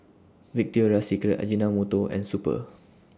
Victoria Secret Ajinomoto and Super